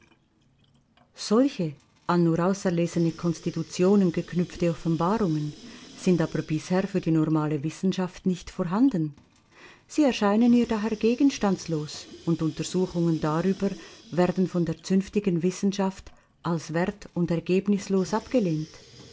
solche an nur auserlesene konstitutionen geknüpfte offenbarungen sind aber bisher für die normale wissenschaft nicht vorhanden sie erscheinen ihr daher gegenstandslos und untersuchungen darüber werden von der zünftigen wissenschaft als wert und ergebnislos abgelehnt